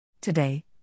Today